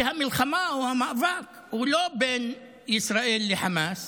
שהמלחמה או המאבק הוא לא בין ישראל לחמאס